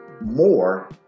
more